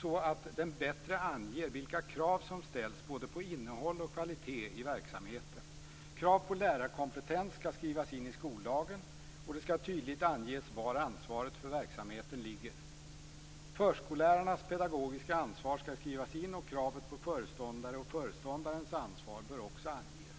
så att den bättre anger vilka krav som ställs på både innehåll och kvalitet i verksamheten. Krav på lärarkompetens skall skrivas in i skollagen. Det skall tydligt anges var ansvaret för verksamheten ligger. Förskollärarnas pedagogiska ansvar skall skrivas in, och kravet på föreståndare och förståndares ansvar skall också anges.